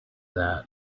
that